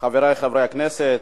חברי חברי הכנסת,